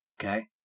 Okay